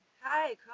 hi